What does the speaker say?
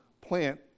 plant